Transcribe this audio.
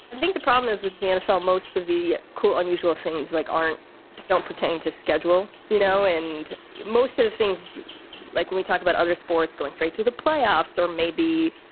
i think the problem is with the nfl, most of the cool, unusual things like aren't don't pertain to schedule, you know, and most of the things like we talk about other sports going straight to the playoffs or maybe,